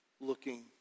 looking